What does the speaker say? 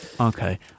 Okay